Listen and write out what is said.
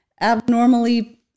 abnormally